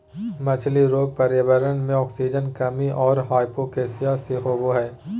मछली रोग पर्यावरण मे आक्सीजन कमी और हाइपोक्सिया से होबे हइ